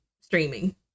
streaming